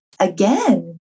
Again